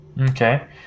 Okay